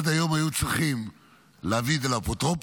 עד היום היו צריכים להביא את זה לאפוטרופוס,